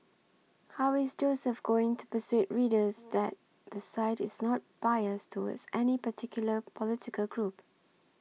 how is Joseph going to persuade readers that the site is not biased towards any particular political group